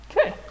Okay